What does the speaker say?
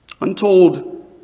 Untold